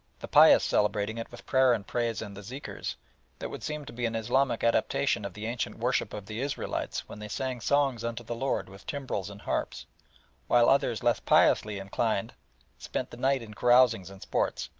the pious celebrating it with prayer and praise and the zikrs that would seem to be an islamic adaptation of the ancient worship of the israelites when they sang songs unto the lord with timbrels and harps while others less piously inclined spent the night in carousings and sports.